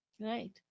right